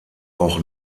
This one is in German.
auch